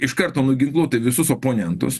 iš karto nuginkluotų visus oponentus